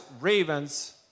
ravens